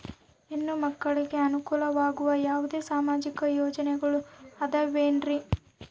ಹೆಣ್ಣು ಮಕ್ಕಳಿಗೆ ಅನುಕೂಲವಾಗುವ ಯಾವುದೇ ಸಾಮಾಜಿಕ ಯೋಜನೆಗಳು ಅದವೇನ್ರಿ?